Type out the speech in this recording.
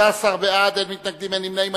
13 בעד, אין מתנגדים, אין נמנעים.